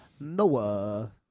Noah